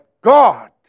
God